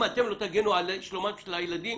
אם אתם לא תגנו על שלומם של הילדים